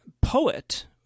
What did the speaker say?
poet